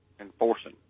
enforcing